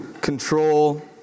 control